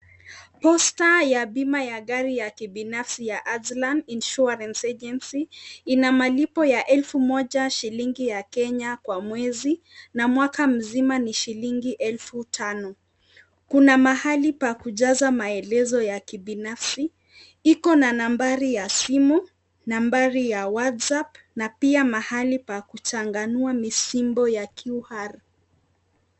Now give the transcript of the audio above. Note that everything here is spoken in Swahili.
Posta ya bima ya gari ya kibinafsi ya Adlan Insurance Agency ina malipo ya elfu moja shilingi ya Kenya kwa mwezi na mwaka mzima ni shilingi elfu tano. Kuna mahali pa kujaza maelezo ya kibinafsi. Iko na nambari ya simu, nambari ya WhatsApp na pia mahali pa kuchanganua misimbo ya QR.